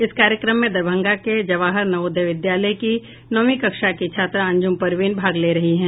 इस कार्यक्रम में दरभंगा के जवाहर नवोदय विद्यालय की नौवीं कक्षा की छात्रा अंजुम परवीन भाग ले रही हैं